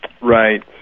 Right